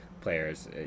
players